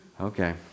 Okay